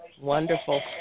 Wonderful